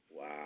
Wow